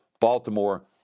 Baltimore